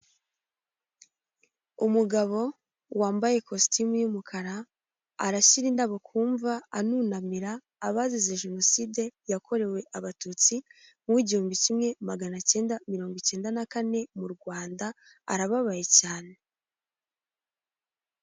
Umugabo wambaye ikositimu y'umukara, arashyira indabo ku mva anunamira abazize jenoside yakorewe abatutsi, mu w'igihumbi kimwe magana cyenda mirongo icyenda na kane mu Rwanda, arababaye cyane.